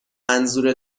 منظور